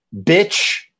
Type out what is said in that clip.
Bitch